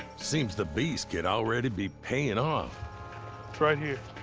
seems the beast can already be paying off. it's right here.